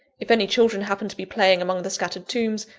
if any children happen to be playing among the scattered tombs,